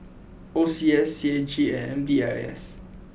O C S C A G and M D I S